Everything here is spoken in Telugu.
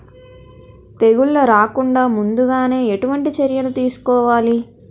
తెగుళ్ల రాకుండ ముందుగానే ఎటువంటి చర్యలు తీసుకోవాలి?